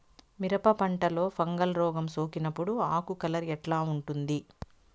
మిరప పంటలో ఫంగల్ రోగం సోకినప్పుడు ఆకు కలర్ ఎట్లా ఉంటుంది?